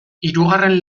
hirugarren